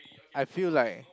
I feel like